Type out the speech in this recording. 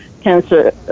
cancer